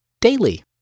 daily